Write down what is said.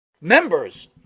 Members